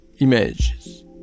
images